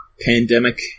Pandemic